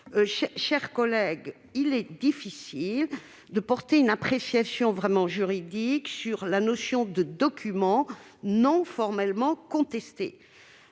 chère collègue, il est difficile de porter une appréciation véritablement juridique sur la notion de documents non formellement contestés.